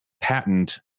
patent